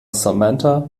samantha